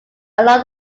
along